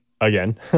Again